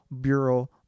Bureau